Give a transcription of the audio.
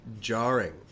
jarring